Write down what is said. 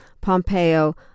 Pompeo